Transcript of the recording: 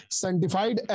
sanctified